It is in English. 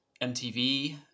mtv